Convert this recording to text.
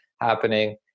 happening